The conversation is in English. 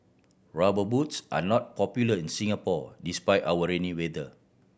Rubber Boots are not popular in Singapore despite our rainy weather